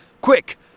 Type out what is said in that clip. Quick